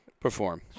perform